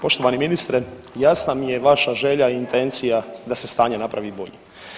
Poštovani ministre jasna mi je vaša želja i intencija da se stanje napravi bolje.